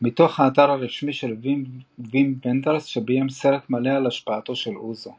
מתוך האתר הרשמי של וים ונדרס שביים סרט מלא על השפעתו של אוזו